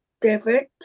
different